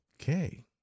okay